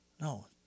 No